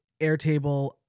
Airtable